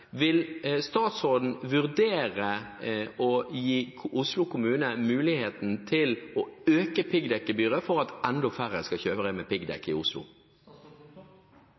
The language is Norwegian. Vil statsråden vurdere å gi Oslo kommune muligheten til å øke piggdekkgebyret for at enda færre skal kjøre med piggdekk i Oslo?